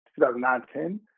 2009-10